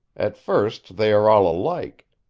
at first they are all alike.